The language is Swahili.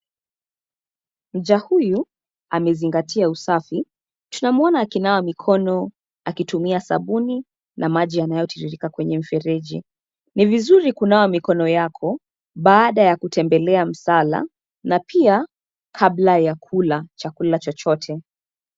Mja huyu, amezingatia usafi, tunamwona akinawa mikono, akitumia sabuni, na maji yanayotiririka kwenye mfereji, ni vizuri kunawa mikono yako, baada ya kutembelea msala, na pia, kabla ya kula, chakula chochote.